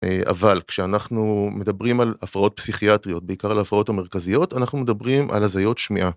אבל כשאנחנו מדברים על הפרעות פסיכיאטריות בעיקר על ההפרעות המרכזיות אנחנו מדברים על הזיות שמיעה.